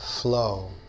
flow